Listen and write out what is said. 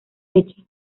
fecha